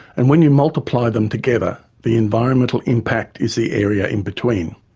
and when you multiply them together the environmental impact is the area in-between.